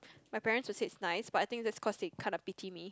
my parents will say it's nice but I think that's cause they kinda pity me